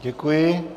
Děkuji.